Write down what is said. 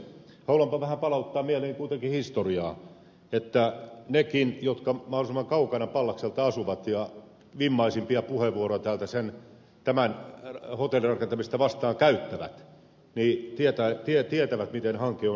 haluanpa vähän palauttaa mieliin kuitenkin historiaa että nekin jotka mahdollisimman kaukana pallakselta asuvat ja vimmaisimpia puheenvuoroja täältä tätä hotellirakentamista vastaan käyttävät tietävät miten hanke on aikanaan syntynyt